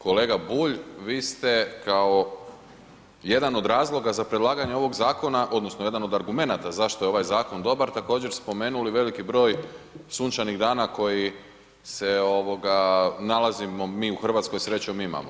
Kolega Bulj, vi ste kao jedan od razloga za predlaganje ovog zakona odnosno jedan od argumenata zašto je ovaj zakon dobar, također spomenuli veliki broj sunčanih dana koji se nalazimo mi u RH, srećom imamo.